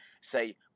say